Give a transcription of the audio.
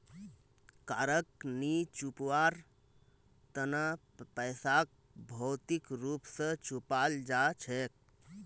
कारक नी चुकवार तना पैसाक भौतिक रूप स चुपाल जा छेक